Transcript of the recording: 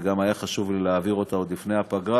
וגם היה חשוב לי להעביר אותה עוד לפני הפגרה?